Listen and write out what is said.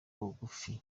bugufi